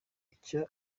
icyo